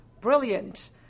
brilliant